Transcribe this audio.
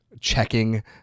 checking